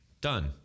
done